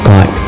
God